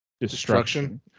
Destruction